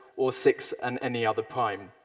or six and any other prime.